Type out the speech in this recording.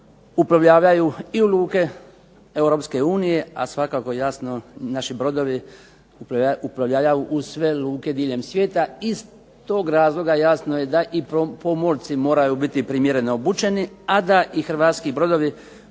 uplovljavaju i u luke Europske unije, a svakako jasno naši brodovi uplovljavaju u sve luke diljem svijeta. Iz tog razloga jasno je da i pomorci moraju biti primjereno obučeni a da i hrvatski brodovi